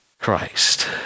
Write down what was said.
Christ